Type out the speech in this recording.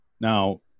Now